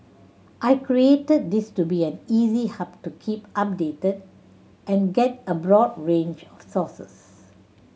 I created this to be an easy hub to keep updated and get a broad range of sources